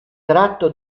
tratto